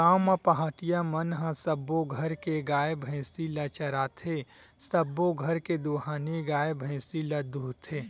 गाँव म पहाटिया मन ह सब्बो घर के गाय, भइसी ल चराथे, सबो घर के दुहानी गाय, भइसी ल दूहथे